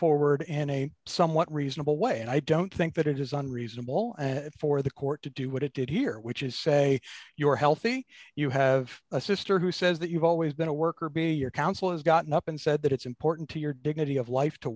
forward and a somewhat reasonable way and i don't think that it is unreasonable for the court to do what it did here which is say you're healthy you have a sister who says that you've always been a worker bee your council has gotten up and said that it's important to your dignity of life to